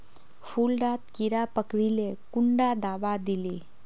फुल डात कीड़ा पकरिले कुंडा दाबा दीले?